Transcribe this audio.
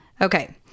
okay